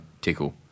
tickle